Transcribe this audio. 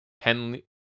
Henley